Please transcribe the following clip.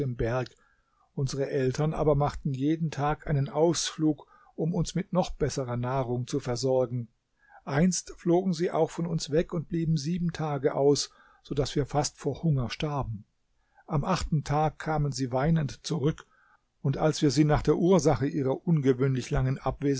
unsere eltern aber machten jeden tag einen ausflug um uns mit noch besserer nahrung zu versorgen einst flogen sie auch von uns weg und blieben sieben tage aus so daß wir fast vor hunger starben am achten tag kamen sie weinend zurück und als wir sie nach der ursache ihrer ungewöhnlich langen